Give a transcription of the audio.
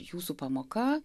jūsų pamoka